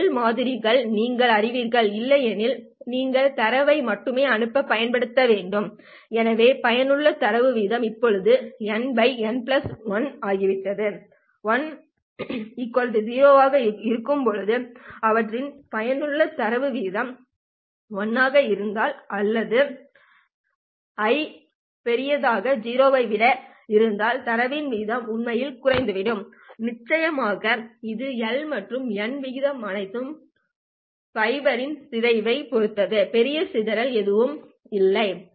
L மாதிரிகளை நீங்கள் அறிவீர்கள் இல்லையெனில் நீங்கள் தரவை மட்டுமே அனுப்பப் பயன்படுத்த வேண்டும் எனவே பயனுள்ள தரவு வீதம் இப்போது n n l ஆகிவிட்டது l 0 ஆக இருக்கும்போது அவற்றின் பயனுள்ள தரவு வீதம் 1 ஆக இருந்தது ஆனால் l 0 தரவு வீதம் உண்மையில் குறைந்துவிட்டது நிச்சயமாக இது எல் மற்றும் என் விகிதம் அனைத்தும் ஃபைபரில் சிதறப்படுவதைப் பொறுத்தது பெரிய சிதறல் பெரியது எல் மதிப்பு